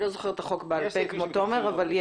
אני